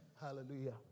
Hallelujah